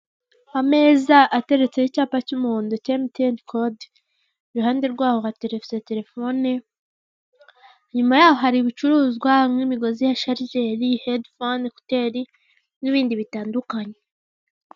Ameza ateretseho icyapa cy'umuhondo emutiyeni kode iruhande rwaho hatertse telefone inyuma yaho hari ibicuruzwa nk'imigozi ya sharijeri, hedifone, kuteri n'ibindi bitandukanye.